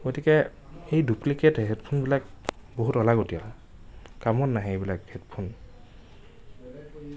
গতিকে সেই ডুপ্লিকেট হেডফোনবিলাক বহুত অলাগতীয়াল কামত নাহে এইবিলাক হেডফোন